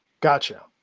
Gotcha